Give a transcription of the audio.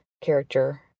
character